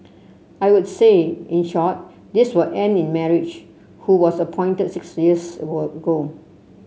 I would say in short this will end in marriage who was appointed six were ago